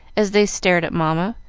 as they stared at mamma,